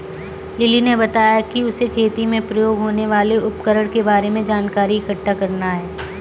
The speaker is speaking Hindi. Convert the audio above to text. लिली ने बताया कि उसे खेती में प्रयोग होने वाले उपकरण के बारे में जानकारी इकट्ठा करना है